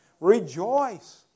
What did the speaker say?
Rejoice